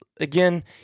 again